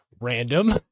Random